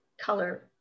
color